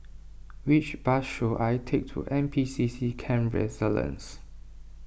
which bus should I take to N P C C Camp Resilience